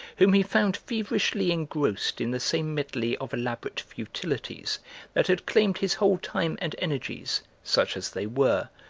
whom he found feverishly engrossed in the same medley of elaborate futilities that had claimed his whole time and energies, such as they were,